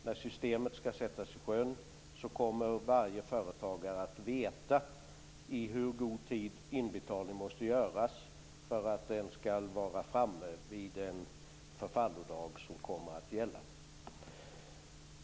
När systemet skall sättas i sjön kommer varje företagare att veta i hur god tid inbetalning måste göras för att den skall vara framme vid den förfallodag som kommer att gälla.